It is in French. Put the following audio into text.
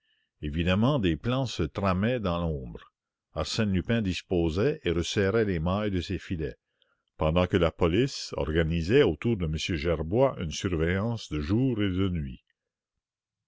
évidemment des plans se tramaient dans l'ombre arsène lupin disposait et resserrait les mailles de ses filets pendant que la police organisait autour de m gerbois une surveillance de jour et de nuit